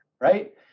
right